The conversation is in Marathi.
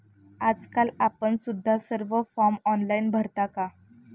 आजकाल आपण सुद्धा सर्व फॉर्म ऑनलाइन भरता का?